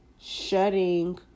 shutting